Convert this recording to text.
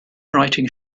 writing